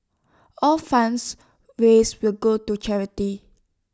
all funds raised will go to charity